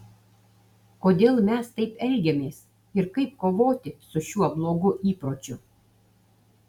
kodėl mes taip elgiamės ir kaip kovoti su šiuo blogu įpročiu